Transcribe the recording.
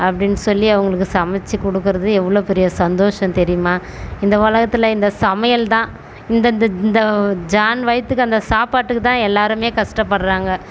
அப்படின்னு சொல்லி அவர்களுக்கு சமைச்சி கொடுக்குறது எவ்வளோ பெரிய சந்தோஷம் தெரியுமா இந்த உலகத்தில் இந்த சமையல் தான் இந்தந்த இந்த சாண் வயிற்றுக்கு அந்த சாப்பாட்டுக்கு தான் எல்லோருமே கஷ்டப்பட்றாங்க